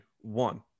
one